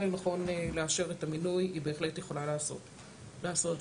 לנכון לאשר את המינוי היא בהחלט יכולה לעשות זאת.